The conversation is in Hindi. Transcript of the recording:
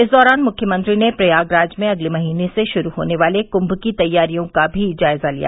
इस दौरान मुख्यमंत्री ने प्रयागराज में अगले महीने से शुरू होने वाले क्म की तैयारियों का भी जायजा लिया